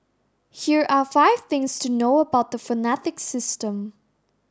here are five things to know about the phonetic system